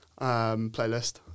playlist